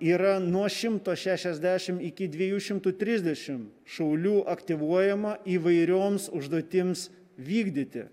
yra nuo šimto šešiasdešim iki dviejų šimtų trisdešim šaulių aktyvuojama įvairioms užduotims vykdyti